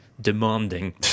demanding